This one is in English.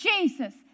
Jesus